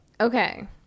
Okay